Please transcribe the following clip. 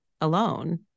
alone